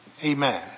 Amen